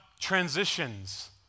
transitions